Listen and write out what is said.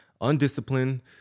undisciplined